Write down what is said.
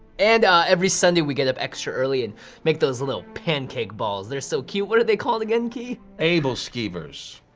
and every sunday we get up extra early and make those little pancake balls. they're so cute. what are they called again, ki? ebelskivers.